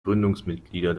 gründungsmitglieder